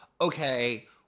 okay